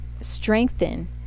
strengthen